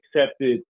accepted